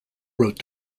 wrote